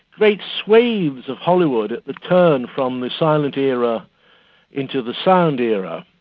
great swathes of hollywood at the turn from the silent era into the sound era,